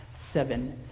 seven